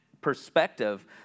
perspective